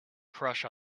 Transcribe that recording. crush